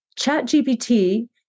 ChatGPT